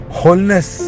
wholeness